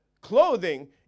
clothing